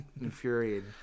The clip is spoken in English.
infuriated